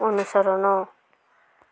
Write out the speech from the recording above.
ଅନୁସରଣ